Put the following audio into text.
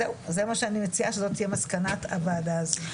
אז אני מציעה שזו תהיה מסקנת הוועדה הזאת.